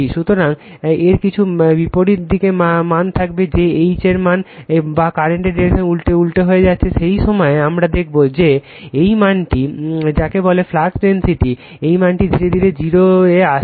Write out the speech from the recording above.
সুতরাং এর কিছু মান বিপরীত দিকে থাকবে যে H মান বা কারেন্টের ডিরেকশন উল্টো দিকে হয়ে যাচ্ছে সেই সময়ে এই আমরা দেখবো যে এই মানটি এই মানটি যাকে বলে এই ফ্লাক্স ডেনসিটি এই মানটি ধীরে ধীরে 0 এ আসছে